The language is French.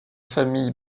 famille